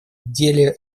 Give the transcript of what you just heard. деле